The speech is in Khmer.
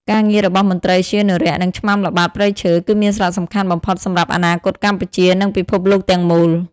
ការងាររបស់មន្ត្រីឧទ្យានុរក្ស និងឆ្មាំល្បាតព្រៃឈើ គឺមានសារៈសំខាន់បំផុតសម្រាប់អនាគតកម្ពុជា និងពិភពលោកទាំងមូល។